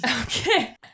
okay